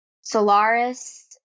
*Solaris*